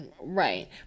Right